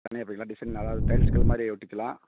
தனியாக பண்ணிக்கலாம் டிசைன் அதாவது டைல்ஸ் கல் மாதிரி ஒட்டிக்கலாம்